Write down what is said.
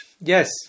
Yes